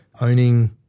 owning